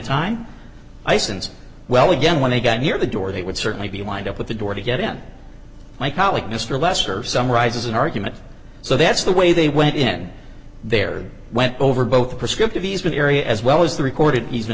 sense well again when they got near the door they would certainly be lined up with the door to get in my colleague mr lesser summarizes an argument so that's the way they went in there went over both the prescriptive eastern area as well as the recorded e